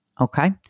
okay